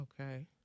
Okay